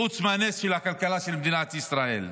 חוץ מהנס של הכלכלה של מדינת ישראל.